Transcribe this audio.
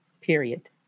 period